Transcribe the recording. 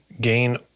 gain